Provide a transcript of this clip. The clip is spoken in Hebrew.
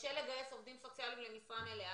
קשה לגייס עובדים סוציאליים למשרה מלאה,